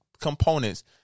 components